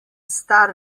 star